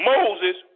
Moses